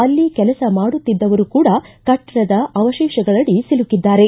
ಅಲ್ಲಿ ಕೆಲಸ ಮಾಡುತ್ತಿದ್ದವರು ಕೂಡ ಕಟ್ಟಡದ ಅವಶೇಷಗಳಡಿ ಸಲುಕಿದ್ದಾರೆ